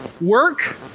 work